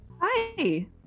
Hi